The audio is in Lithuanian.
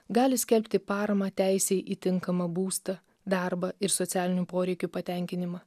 gali skelbti paramą teisei į tinkamą būstą darbą ir socialinių poreikių patenkinimą